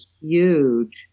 huge